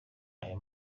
aya